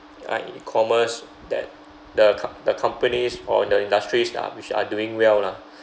uh E-commerce that the c~ the companies or the industries lah which are doing well lah